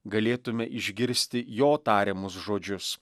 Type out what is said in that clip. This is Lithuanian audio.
galėtume išgirsti jo tariamus žodžius